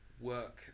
work